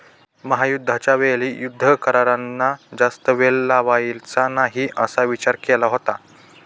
महायुद्धाच्या वेळी युद्ध करारांना जास्त वेळ लावायचा नाही असा विचार केला होता